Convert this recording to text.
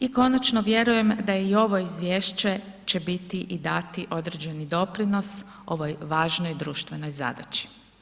I konačno vjerujem da i ovo izvješće će biti i dati određeni doprinos ovoj važnoj društvenoj zadaći.